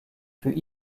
fut